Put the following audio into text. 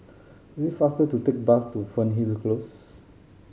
it is faster to take the bus to Fernhill Close